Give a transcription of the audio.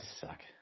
suck